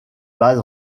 base